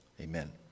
Amen